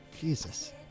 Jesus